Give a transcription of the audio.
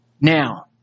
Now